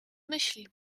myśli